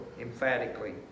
emphatically